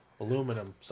Aluminum